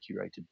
curated